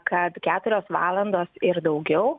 kad keturios valandos ir daugiau